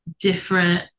different